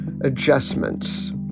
adjustments